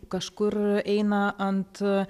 kažkur eina ant